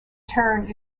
turned